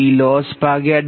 PmkPm1k